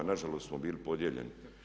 Nažalost, smo bili podijeljeni.